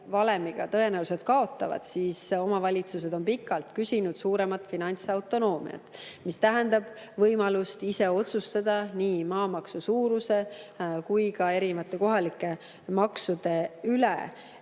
valemiga tõenäoliselt kaotavad, siis omavalitsused on pikalt küsinud suuremat finantsautonoomiat, mis tähendab võimalust ise otsustada nii maamaksu suuruse kui ka erinevate kohalike maksude üle.